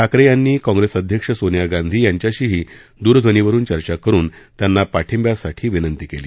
ठाकरे यांनी काँग्रेस अध्यक्ष सोनिया गांधी यांच्याशीही दूरध्वनीवरुन चर्चा करुन त्यांना पाठिंब्यासाठी विनंती केली